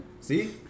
See